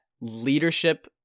leadership